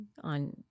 on